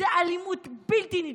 זה אלימות בלתי נתפסת,